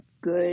good